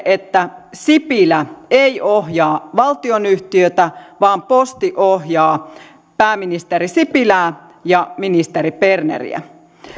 että sipilä ei ohjaa valtionyhtiötä vaan posti ohjaa pääministeri sipilää ja ministeri berneriä